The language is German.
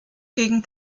gegen